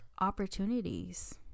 opportunities